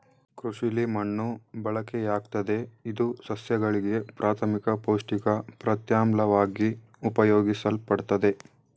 ಕೃಷಿಲಿ ಮಣ್ಣು ಬಳಕೆಯಾಗ್ತದೆ ಇದು ಸಸ್ಯಗಳಿಗೆ ಪ್ರಾಥಮಿಕ ಪೌಷ್ಟಿಕ ಪ್ರತ್ಯಾಮ್ಲವಾಗಿ ಉಪಯೋಗಿಸಲ್ಪಡ್ತದೆ